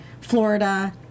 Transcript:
Florida